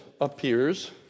appears